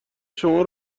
شما